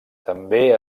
també